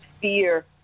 fear